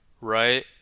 right